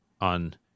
on